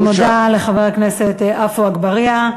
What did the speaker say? אני מודה לחבר הכנסת עפו אגבאריה.